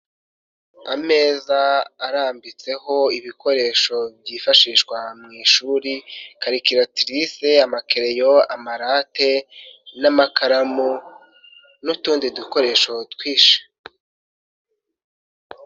Ameza arambitseho ibikoresho byifashishwa mu ishuri: karikiratirise, amakereleyo, amarate n'amakaramu n'utundi dukoresho twinshi.